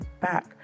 back